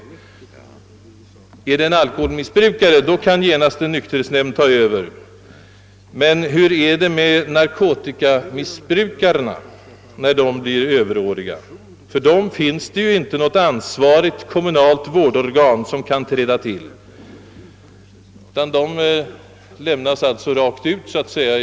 Gäller det en alkoholmissbrukare kan en nykterhetsnämnd genast ta över, men i fråga om narkotikamissbrukarna finns det inte något ansvarigt kommunalt vårdorgan som kan träda till, utan de lämnas helt utan stöd.